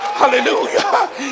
hallelujah